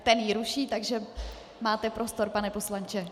Ten ji ruší, takže máte prostor, pane poslanče.